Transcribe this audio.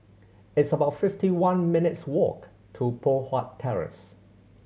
it's about fifty one minutes' walk to Poh Huat Terrace